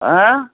ଆଁ